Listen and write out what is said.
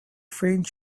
faint